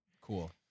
Cool